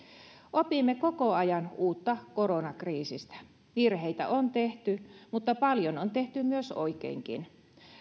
opimme koko ajan uutta koronakriisistä virheitä on tehty mutta paljon on tehty myös oikeinkin